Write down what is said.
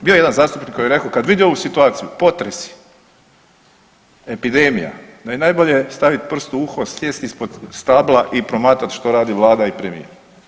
Bio je jedan zastupnik koji je rekao kad vidi ovu situaciju potresi, epidemija da je najbolje stavit prst u uho, sjest ispod stabla i promatrat što radi vlada i premijer.